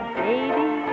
baby